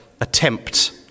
attempt